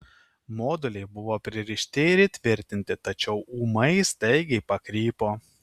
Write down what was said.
moduliai buvo pririšti ir įtvirtinti tačiau ūmai staigiai pakrypo